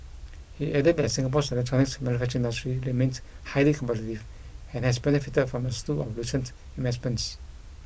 he added that Singapore's electronics manufacturing industry remained highly and has benefited from a slew of recent investments